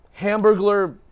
Hamburglar